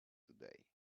today